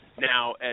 now